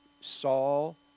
Saul